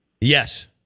Yes